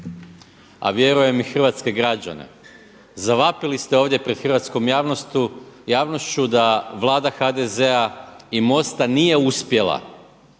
a vjerujem i hrvatske građane. Zavapili ste ovdje pred hrvatskom javnošću da Vlada HDZ-a i MOST-a nije uspjela,